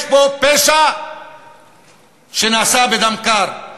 יש פה פשע שנעשה בדם קר.